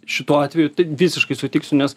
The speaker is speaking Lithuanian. šituo atveju visiškai sutiksiu nes